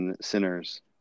sinners